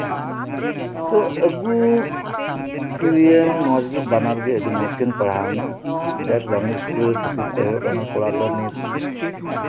ᱛᱳ ᱟᱹᱜᱩ ᱠᱮᱫᱮᱭᱟᱹᱧ ᱢᱚᱸᱡᱽ ᱜᱮ ᱵᱟᱱᱟᱨ ᱜᱮ ᱟᱹᱰᱤ ᱢᱚᱸᱡᱽ ᱠᱤᱱ ᱯᱟᱲᱦᱟᱣ ᱱᱟ ᱡᱟᱠ ᱫᱟᱢᱤ ᱥᱠᱩᱞ ᱨᱮ ᱠᱷᱟᱹᱛᱤᱨ ᱛᱮ ᱦᱩᱭᱩᱜ ᱠᱟᱱᱟ ᱠᱚᱲᱟ ᱫᱚ ᱱᱤᱛ